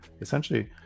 essentially